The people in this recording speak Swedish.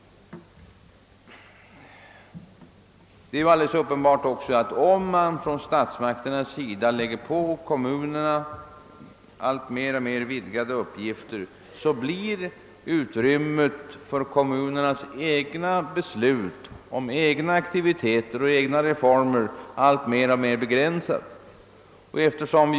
Uppenbart är också att om statsmakterna pålägger kommunerna alltmer vidgade uppgifter, så blir utrymmet för kommunernas beslut om egna aktiviteter och reformer successivt begränsat.